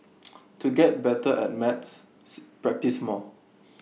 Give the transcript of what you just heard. to get better at maths practise more